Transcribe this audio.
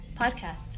podcast